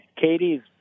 Katie's